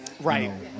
Right